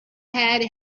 had